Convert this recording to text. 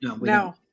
No